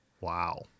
Wow